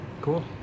cool